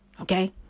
okay